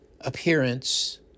appearance